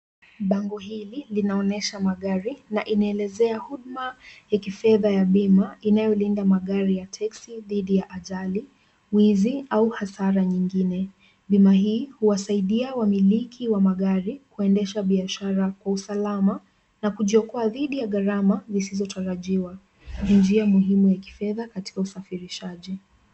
Bango hili linaonyesha magari na inaelezea huduma ya kifedha ya bima, inayolinda magari ya teksi dhidi ya ajali, wizi, au hasara nyingine. Bima hii huwasaidia wamiliki wa magari kuendesha biashara kwa usalama na kujiokoa dhidi ya gharama zisizotarajiwa, ni njia muhimu ya kifedha katika usafirishaji.